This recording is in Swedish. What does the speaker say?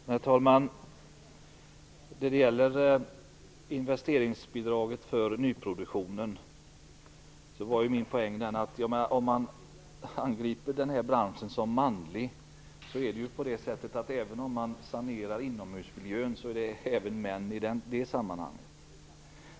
Herr talman! Min poäng vad gäller investeringsbidraget för nyproduktionen var att man kan angripa den här branschen som manlig, men även när man sanerar inomhusmiljön är det män som utför saneringen.